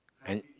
and